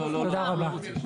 תודה רבה.